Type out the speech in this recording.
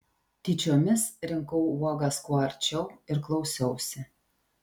tyčiomis rinkau uogas kuo arčiau ir klausiausi